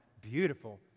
beautiful